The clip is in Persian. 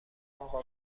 اقا